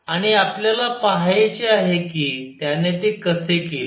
आणि आपल्याला पहायचे आहे त्याने ते कसे केले